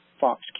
Fox